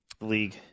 league